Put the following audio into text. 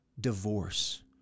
divorce